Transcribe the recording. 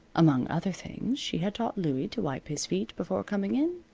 among other things she had taught louie to wipe his feet before coming in,